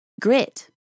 grit